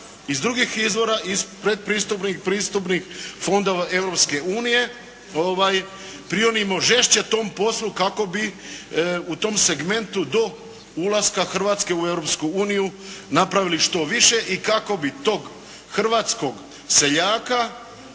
iz drugih izvora, iz predpristupnih i pristupnih fondova Europske unije prionimo žešće tom poslu kako bi u tom segmentu do ulaska Hrvatske u Europsku uniju napravili što više i kako bi tog hrvatskog seljaka,